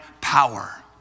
power